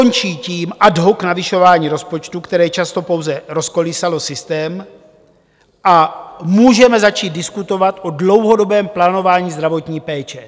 Končí tím ad hoc navyšování rozpočtu, které často pouze rozkolísalo systém, a můžeme začít diskutovat o dlouhodobém plánování zdravotní péče.